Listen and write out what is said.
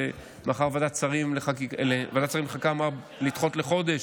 ומאחר שוועדת שרים לחקיקה אמרה לדחות חודש,